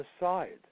aside